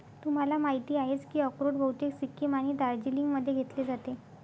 तुम्हाला माहिती आहेच की अक्रोड बहुतेक सिक्कीम आणि दार्जिलिंगमध्ये घेतले जाते